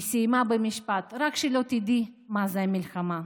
היא סיימה במשפט: רק שלא תדעי מה זה מלחמה.